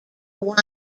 one